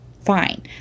fine